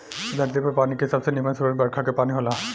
धरती पर पानी के सबसे निमन स्रोत बरखा के पानी होला